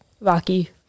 Rocky